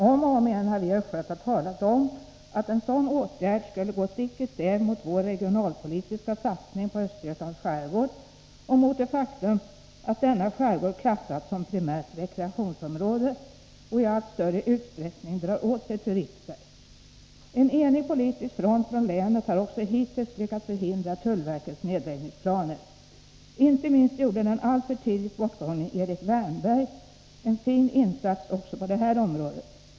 Om och om igen har vi östgötar talat om att en sådan åtgärd skulle gå stick i stäv mot vår regionalpolitiska satsning på Östergötlands skärgård och mot det faktum att denna skärgård klassats som primärt rekreationsområde och i allt större utsträckning drar åt sig turister och förbipasserande båtar. En enig politisk front från länet har också hittills lyckats förhindra tullverkets nedläggningsplaner. Inte minst gjorde den alltför tidigt bortgångne Erik Wärnberg en fin insats också på detta område.